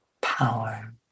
power